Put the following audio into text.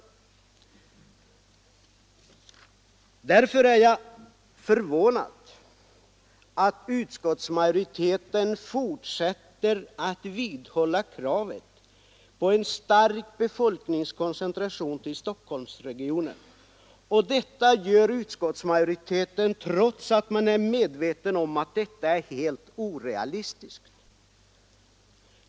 Jag är förvånad över att utskottsmajoriteten vidhåller kravet på en stark befolkningskoncentration till Stockholmsregionen, trots att man är medveten om att det är orealistiskt.